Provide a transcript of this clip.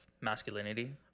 masculinity